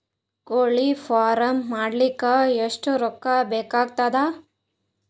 ಕೋಳಿ ಫಾರ್ಮ್ ಮಾಡಲಿಕ್ಕ ಎಷ್ಟು ರೊಕ್ಕಾ ಬೇಕಾಗತದ?